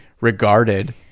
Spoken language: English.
regarded